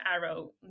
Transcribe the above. arrow